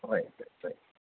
right right right